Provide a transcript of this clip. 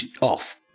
off